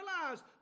realize